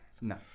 No